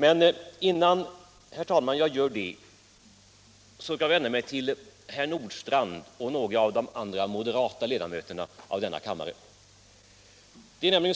Men innan jag gör det, herr talman, skall jag vända mig till herr Nordstrandh och några av de andra moderata ledamöterna av denna kammare. Vi